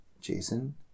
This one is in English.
Jason